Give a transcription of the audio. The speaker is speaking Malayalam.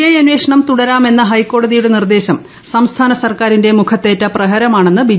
ഐ തുടരാമെന്ന ഹൈക്കോടതിയുടെ നിർദേശം സർസ്ഥാന സർക്കാരിന്റെ മുഖത്തേറ്റ പ്രഹരമാണെന്ന് ബി